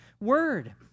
word